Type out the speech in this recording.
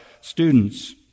students